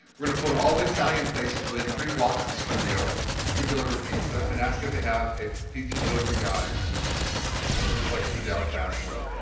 we're gonna phone all the italian places within three blocks of the studio who deliver pizza and ask if they have a pizza delivery guy that looks like fidel castro.